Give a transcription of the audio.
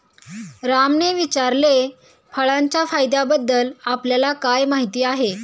रामने विचारले, फळांच्या फायबरबद्दल आपल्याला काय माहिती आहे?